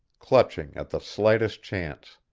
clutching at the slightest chance.